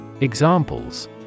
Examples